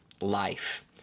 life